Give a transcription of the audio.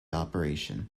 operation